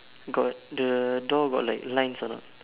got the door got like lines or not